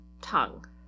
tongue